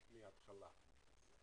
מהתחלה.